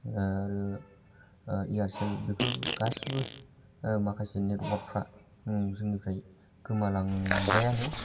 आरो एयारसेल बेफोर गासिबो माखासे नेटवार्कफ्रा जोंनिफ्राय गोमालांबायानो